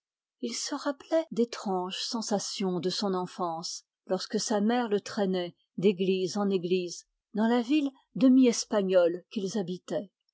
il se rappelait d'étranges sensations de son enfance lorsque sa mère le traînait d'église en église dans la ville demi espagnole qu'ils habitaient